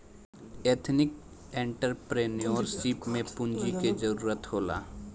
ethnic entrepreneurship में पूंजी के जरूरत होला